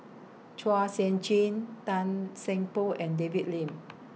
Chua Sian Chin Tan Seng Poh and David Lim